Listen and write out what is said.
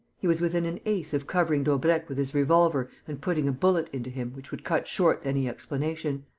he was within an ace of covering daubrecq with his revolver and putting a bullet into him which would cut short any explanation.